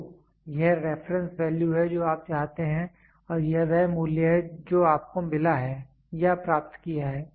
तो यह reference value है जो आप चाहते हैं और यह वह मूल्य है जो आपको मिला है या प्राप्त किया है